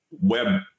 web